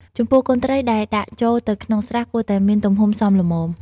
ចំពោះកូនត្រីដែលដាក់ចូលទៅក្នុងស្រះគួរតែមានទំហំសមល្មម។